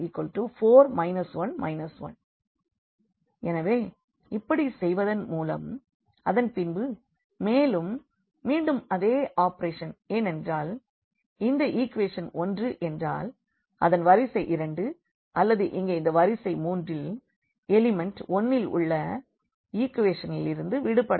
4 1 1 எனவே இப்படி செய்வதன் மூலம் அதன்பின்பு மேலும் மீண்டும் அதே ஆப்பெரேஷன் ஏனென்றால் இந்த ஈக்குவேஷன் 1 என்றால் இந்த வரிசை 2 அல்லது இங்கே இந்த வரிசை 3 இல் எலிமெண்ட் 1 இல் உள்ள ஈக்குவேஷனிலிருந்து விடுபட வேண்டும்